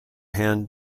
hand